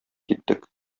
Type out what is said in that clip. киттек